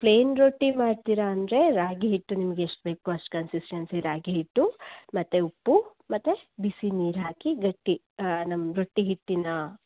plain ರೊಟ್ಟಿ ಮಾಡ್ತೀರ ಅಂದರೆ ರಾಗಿ ಹಿಟ್ಟು ನಿಮಗೆಷ್ಟು ಬೇಕು ಅಷ್ಟು ಕನ್ಸಿಸ್ಟೆನ್ಸಿ ರಾಗಿ ಹಿಟ್ಟು ಮತ್ತು ಉಪ್ಪು ಮತ್ತು ಬಿಸಿ ನೀರು ಹಾಕಿ ಗಟ್ಟಿ ನಮ್ಮ ರೊಟ್ಟಿ ಹಿಟ್ಟಿನ